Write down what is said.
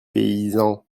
paysan